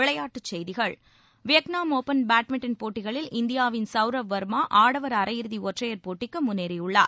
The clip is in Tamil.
விளையாட்டுச் செய்திகள் வியாட்நாம் ஒப்பன் பேட்மிண்ட்டன் போட்டிகளில் இந்தியாவின் சவுரவ் வர்மா ஆடவர் அரையிறுதி ஒற்றையா் போட்டிக்கு முன்னேறியுள்ளார்